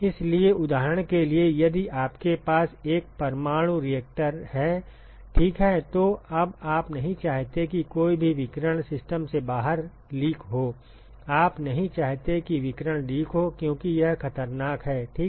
इसलिए उदाहरण के लिए यदि आपके पास एक परमाणु रिएक्टर है ठीक है तो अब आप नहीं चाहते कि कोई भी विकिरण सिस्टम से बाहर लीक हो आप नहीं चाहते कि विकिरण लीक हो क्योंकि यह खतरनाक है ठीक है